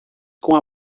com